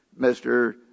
Mr